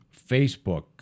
Facebook